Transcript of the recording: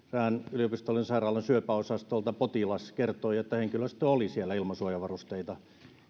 yliopistollisen sairaalan syöpäosastolta potilas kertoi että henkilöstö oli siellä ilman suojavarusteita